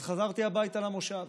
אז חזרתי הביתה, למושב,